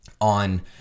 on